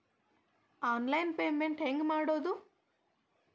Online payment ಹೆಂಗ್ ಮಾಡೋದು?